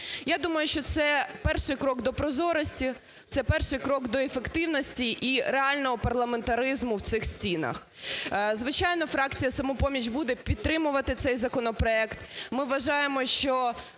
Я думаю, що це перший крок до прозорості, це перший крок до ефективності і реального парламентаризму в цих стінах. Звичайно, фракція "Самопоміч" буде підтримувати цей законопроект. Ми вважаємо, що